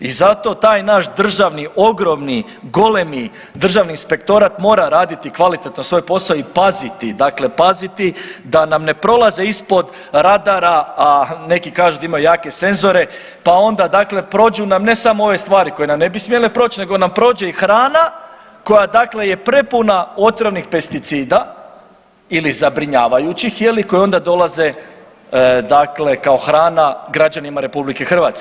I zato taj naš državni, ogromni, golemi Državni inspektorat mora raditi kvalitetno svoj posao i paziti, dakle paziti da nam ne prolaze ispod radara, a neki kažu da ima jake senzore, pa onda prođu nam ne samo ove stvari koje nam ne bi smjele proć, nego nam prođe i hrana koja je prepuna otrovnih pesticida ili zabrinjavajućih koje onda dolaze kao hrana građanima RH.